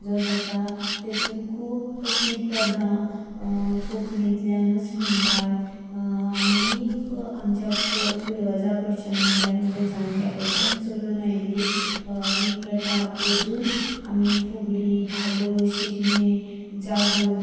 जो जाता तातूंत खूब अशीं पदां कोंकणींतल्यानच म्हणटात आनी आमच्या कडेन पुर्वजां कडच्यान म्हणल्यार आमच्या जाणट्यां कडच्यान चलून आयिल्ली ही प्रथा अजून आमी फुगडी धालो शिगमे जागोर